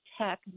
tech